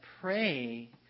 pray